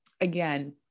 again